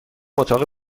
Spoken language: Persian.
اتاقی